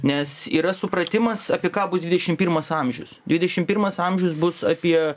nes yra supratimas apie ką bus dvidešim pirmas amžius dvidešim pirmas amžius bus apie